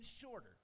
shorter